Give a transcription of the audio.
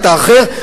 אתה אחר,